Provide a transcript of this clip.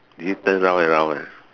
do you turn round and round ah